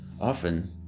often